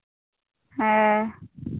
ᱦᱮᱸ